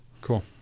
Cool